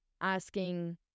asking